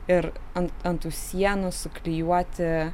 ir ant ant tų sienų suklijuoti